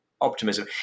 optimism